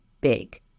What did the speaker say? big